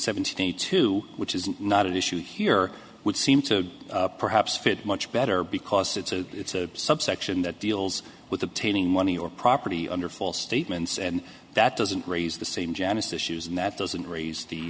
seventy two which is not at issue here would seem to perhaps fit much better because it's a it's a subsection that deals with obtaining money or property under false statements and that doesn't raise the same janise issues and that doesn't raise the